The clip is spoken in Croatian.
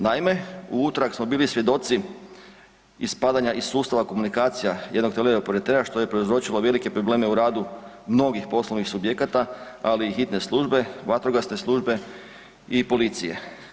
Naime, u utorak smo bili svjedoci ispadanja iz sustava komunikacija jednog teleoperatera što je prouzročilo velike probleme u radu mnogih poslovnih subjekata, ali i hitne službe, vatrogasne službe i policije.